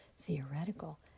theoretical